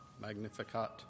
Magnificat